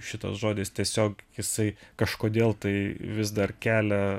šitas žodis tiesiog jisai kažkodėl tai vis dar kelia